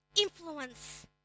influence